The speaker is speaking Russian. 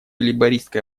лейбористская